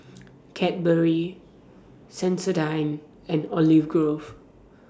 Cadbury Sensodyne and Olive Grove